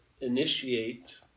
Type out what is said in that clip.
initiate